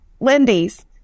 lindy's